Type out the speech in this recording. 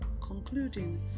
concluding